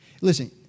Listen